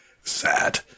sad